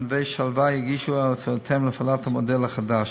ו"נווה שלווה" יגישו הצעותיהם להפעלת המודל החדש,